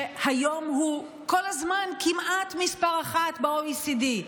שהיום הוא כל הזמן כמעט מס' אחת ב-OECD,